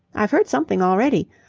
i've heard something already.